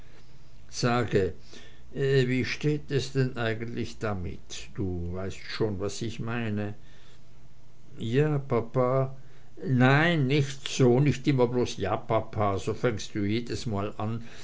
sage wie steht es denn eigentlich damit du weißt schon was ich meine ja papa nein nicht so nicht immer bloß ja papa so fängst du jedesmal an